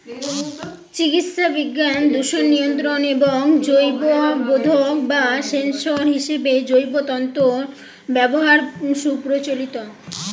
চিকিৎসাবিজ্ঞান, দূষণ নিয়ন্ত্রণ এবং জৈববোধক বা সেন্সর হিসেবে জৈব তন্তুর ব্যবহার সুপ্রচলিত